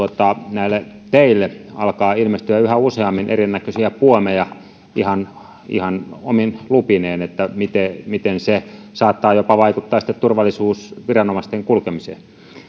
näille teille alkaa ilmestyä yhä useammin erinäköisiä puomeja ihan ihan omine lupineen ja miten se saattaa jopa vaikuttaa turvallisuusviranomaisten kulkemiseen